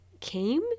came